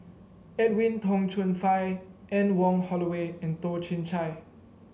Edwin Tong Chun Fai Anne Wong Holloway and Toh Chin Chye